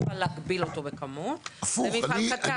את לא יכולה להגביל אותו בכמות במפעל קטן,